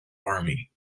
army